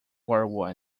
war